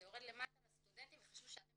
זה יורד למטה לסטודנטים וחשוב שאתם